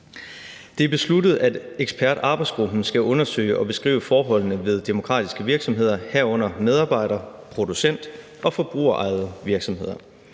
Det er besluttet, at ekspertarbejdsgruppen skal undersøge og beskrive forholdene ved demokratiske virksomheder, herunder medarbejder-, producent- og forbrugerejede virksomheder.